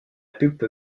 pulpe